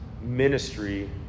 ministry